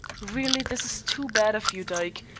really this is too bad of you, dyke.